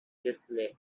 display